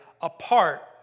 apart